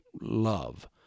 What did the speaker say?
love